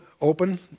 open